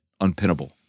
Unpinable